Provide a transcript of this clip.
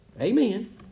Amen